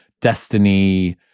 Destiny